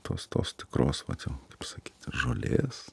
tos tos tikros vat jau kaip sakyt žolės